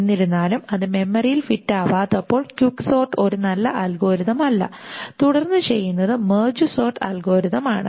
എന്നിരുന്നാലും അത് മെമ്മറിയിൽ ഫിറ്റ് ആവാത്തപ്പോൾ ക്വിക്ക് സോർട്ട് ഒരു നല്ല അൽഗോരിതം അല്ല തുടർന്ന് ചെയ്യുന്നത് മെർജ് സോർട്ട് അൽഗോരിതം ആണ്